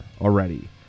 already